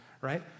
right